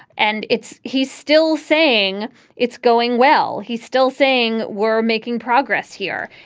and it's he's still saying it's going well he's still saying we're making progress here,